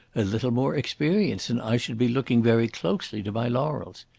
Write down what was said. a little more experience and i should be looking very closely to my laurels.